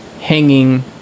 hanging